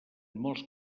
molts